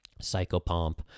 psychopomp